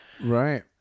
Right